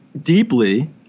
deeply